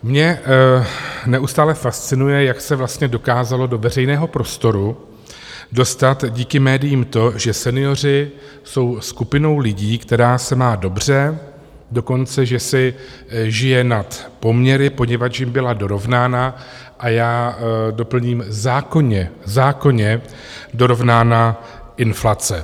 Mě neustále fascinuje, jak se vlastně dokázalo do veřejného prostoru dostat díky médiím to, že senioři jsou skupinou lidí, která se má dobře, dokonce že si žije nad poměry, poněvadž jim byla dorovnána a já doplním, zákonně, zákonně dorovnána inflace.